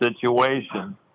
situation